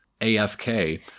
AFK